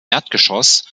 erdgeschoss